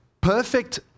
perfect